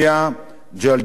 ג'לג'וליה,